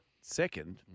second